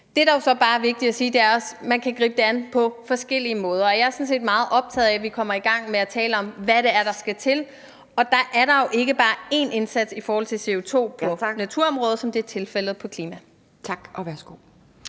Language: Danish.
bare er vigtigt at sige, er også, at man kan gribe det an på forskellige måder, og jeg er sådan set meget optaget af, at vi kommer i gang med at tale om, hvad det er, der skal til, og der er der jo ikke bare én indsats i forhold til CO₂ på naturområdet, som det er tilfældet med klimaet.